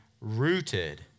rooted